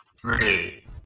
three